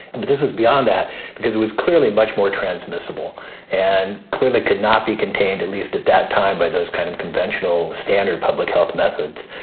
this is beyond that because it was clearly much more transmissible and clearly could not be contained, at least at that time. but those kind of conventional standard public health methods.